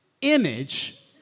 image